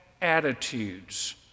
attitudes